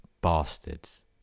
Bastards